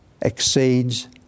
exceeds